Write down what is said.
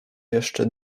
jeszcze